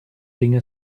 dinge